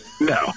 No